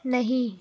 نہیں